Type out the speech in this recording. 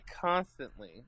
constantly